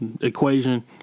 equation